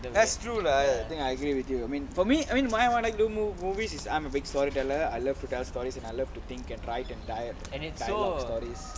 that's true lah I think I agree with you I mean for me I mean my one I do movies is I'm a big story teller I love to tell stories and I love to think and write and die dialogue stories